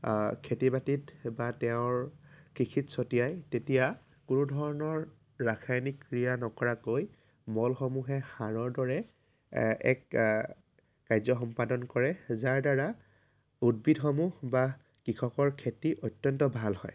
খেতি বাতিত বা তেওঁৰ কৃষিত ছটিয়ায় তেতিয়া কোনো ধৰণৰ ৰাসায়নিক ক্ৰিয়া নকৰাকৈ মলসমূহে সাৰৰ দৰে এক কাৰ্য্য সম্পাদন কৰে যাৰ দ্বাৰা উদ্ভিদসমূহ বা কৃষকৰ খেতি অত্যন্ত ভাল হয়